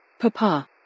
Papa